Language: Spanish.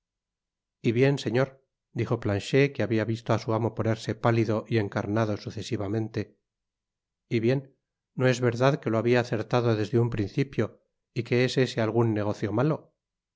y bien señor dijo planchet que habia visto á su amo ponerse pálido y encarnado sucesivamente y bien no es verdad que lo habia acertado desde un un principio y que es ese algun negocio malo